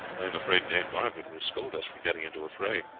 i am afraid dame margaret will scold us for getting into a fray.